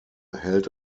held